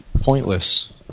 pointless